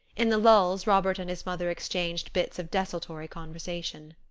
in the lulls, robert and his mother exchanged bits of desultory conversation.